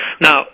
Now